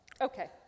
Okay